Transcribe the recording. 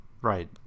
Right